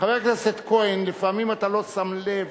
חבר הכנסת כהן, לפעמים אתה לא שם לב,